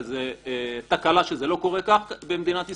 וזה תקלה שזה לא קורה כך במדינת ישראל.